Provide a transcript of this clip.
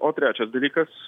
o trečias dalykas